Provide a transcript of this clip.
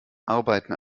arbeiten